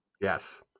Yes